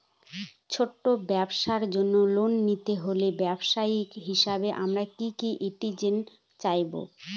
ছোট ব্যবসার জন্য লোন নিতে হলে ব্যবসায়ী হিসেবে আমার কি কি এলিজিবিলিটি চাই?